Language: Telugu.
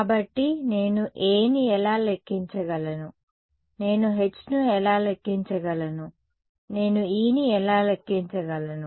కాబట్టి నేను Aని ఎలా లెక్కించగలను నేను Hను ఎలా లెక్కించగలను నేను Eని ఎలా లెక్కించగలను